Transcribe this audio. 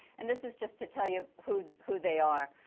and this is just to tell you who who they are.